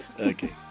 okay